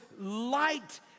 light